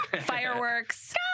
Fireworks